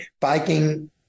biking